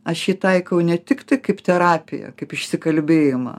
aš jį taikau ne tik kaip terapiją kaip išsikalbėjimą